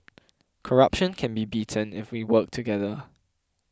corruption can be beaten if we work together